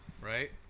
Right